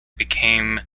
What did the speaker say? became